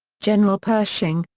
general pershing,